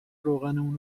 روغنمون